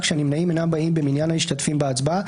כשהנמנעים אינם באים במניין המשתתפים בהצבעה,